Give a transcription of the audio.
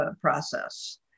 process